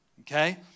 okay